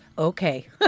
Okay